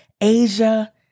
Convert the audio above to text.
Asia